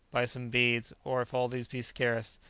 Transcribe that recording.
by some beads, or if all these be scarce,